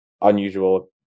unusual